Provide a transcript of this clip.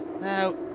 now